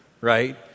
right